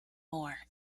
more